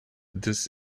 this